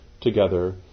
together